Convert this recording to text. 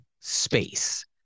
space